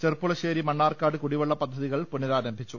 ചെർപ്പുളശ്ശേരി മണ്ണാർക്കാട് കുടിവെള്ള പദ്ധതികൾ പുനഃരാരംഭിച്ചു